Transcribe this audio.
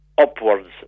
upwards